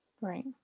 right